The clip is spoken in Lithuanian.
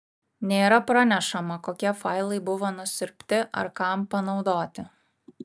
nėra pranešama kokie failai buvo nusiurbti ar kam panaudoti